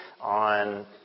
on